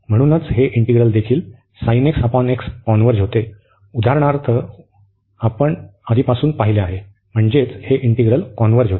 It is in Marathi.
म्हणूनच हे इंटिग्रल देखील कॉन्व्हर्ज होते उदाहरणार्थ 1 मध्ये आपण आधीपासून पाहिले आहे म्हणजेच हे इंटिग्रल कॉन्व्हर्ज होते